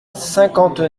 cinquante